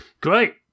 Great